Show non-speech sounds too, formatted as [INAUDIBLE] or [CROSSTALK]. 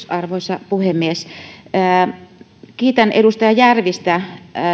[UNINTELLIGIBLE] arvoisa puhemies kiitän edustaja järvistä